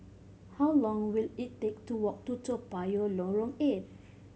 how long will it take to walk to Toa Payoh Lorong Eight